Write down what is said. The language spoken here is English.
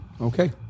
Okay